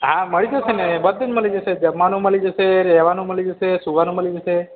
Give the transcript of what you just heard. હા મળી જશે ને બધુ જ મળી જશે જમવાનું મળી જશે રેહવાનું મળી જશે સુવાનું મળી જશે